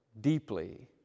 deeply